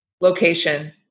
location